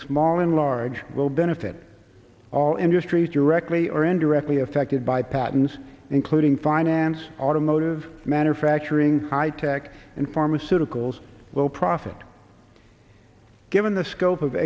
small and large will benefit all industries directly or indirectly affected by patents including finance automotive manufacturing high tech and pharmaceuticals will profit given the scope of